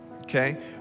okay